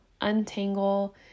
untangle